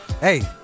Hey